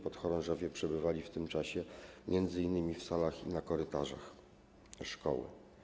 Podchorążowie przebywali w tym czasie m.in. w salach i na korytarzach szkoły.